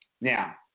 Now